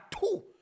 two